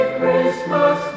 Christmas